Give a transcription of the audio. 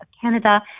Canada